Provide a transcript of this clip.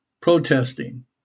protesting